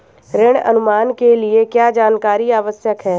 ऋण अनुमान के लिए क्या जानकारी आवश्यक है?